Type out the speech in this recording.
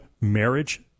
marriage